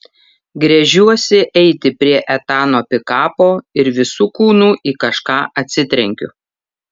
gręžiuosi eiti prie etano pikapo ir visu kūnu į kažką atsitrenkiu